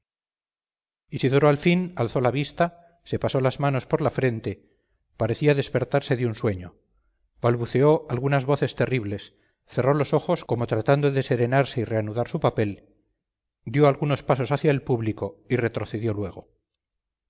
isidoro al fin alzó la vista se pasó las manos por la frente parecía despertar de un sueño balbuceó algunas voces terribles cerró los ojos como tratando de serenarse y reanudar su papel dio algunos pasos hacia el público y retrocedió luego